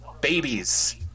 babies